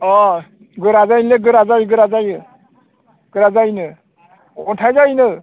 अ गोरा जायोलै गोरा जायो गोरा जायो गोरा जायोनो अन्थाइ जायोनो